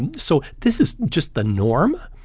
and so this is just the norm.